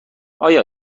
آیا